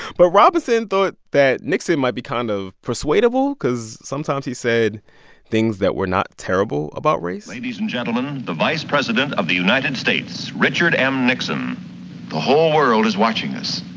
but robinson thought that nixon might be kind of persuadable because sometimes he said things that were not terrible about race ladies and gentlemen, the vice president of the united states, richard m. nixon the whole world is watching us.